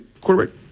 quarterback